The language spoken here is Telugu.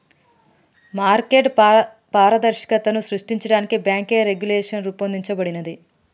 మార్కెట్ పారదర్శకతను సృష్టించడానికి బ్యేంకు రెగ్యులేషన్ రూపొందించబడినాది